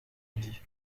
dit